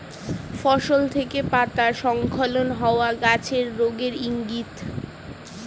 ফসল থেকে পাতা স্খলন হওয়া গাছের রোগের ইংগিত